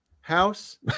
house